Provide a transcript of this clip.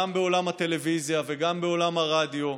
גם בעולם הטלוויזיה וגם בעולם הרדיו,